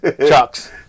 chucks